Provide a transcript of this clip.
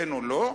כן או לא?